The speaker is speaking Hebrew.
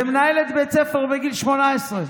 זה מנהלת בית ספר בגיל 18,